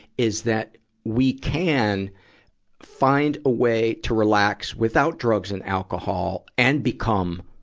is that we can find a way to relax without drugs and alcohol and become